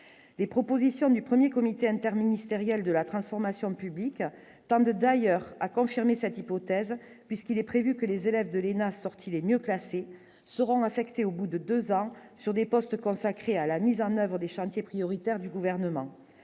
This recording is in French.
les propositions du 1er comité interministériel de la transformation publiques tendent d'ailleurs à confirmer cette hypothèse puisqu'il est prévu que les élèves de l'ENA, sorti les mieux classés seront affectés au bout de 2 ans sur des postes consacrés à la mise en oeuvre des chantiers prioritaires du gouvernement